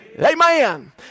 Amen